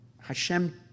Hashem